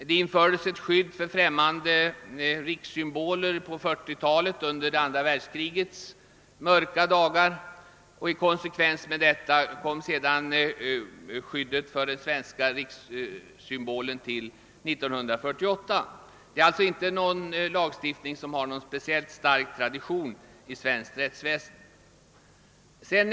Det infördes ett skydd för främmande rikssymboler på 1940-talet, under andra världskrigets mörka dagar, och i konsekvens med detta tillkom sedan skyddet för svenska rikssymboler 1948. Denna lagstiftning har alltså inte speciellt stark tradition i svenskt rättsväsende.